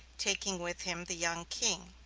taking with him the young king.